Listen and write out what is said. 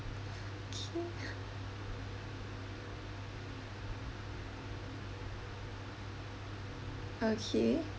okay okay